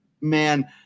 man